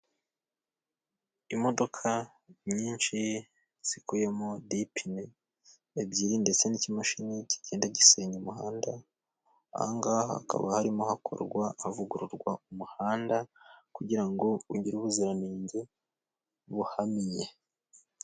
Imodoka nyinshi zikubiyemo dipine ebyiri ndetse n'ikimashini kigenda gisenya umuhanda, aha ngaha hakaba harimo hakorwa, havugururwa umuhanda kugirango ngo ugire ubuziranenge buhamye.